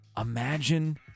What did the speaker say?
Imagine